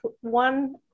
one